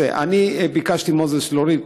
ביקשתי ממוזס להוריד,